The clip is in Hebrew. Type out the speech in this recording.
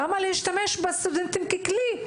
למה להשתמש בסטודנטים ככלי?